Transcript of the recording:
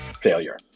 failure